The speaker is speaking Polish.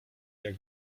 jak